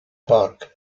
park